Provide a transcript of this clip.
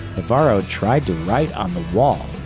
navarro tried to write on the wall.